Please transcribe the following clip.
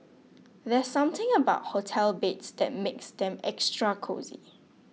there's something about hotel beds that makes them extra cosy